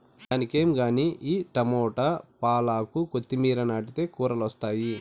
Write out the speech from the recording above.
దానికేం గానీ ఈ టమోట, పాలాకు, కొత్తిమీర నాటితే కూరలొస్తాయి